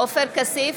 עופר כסיף,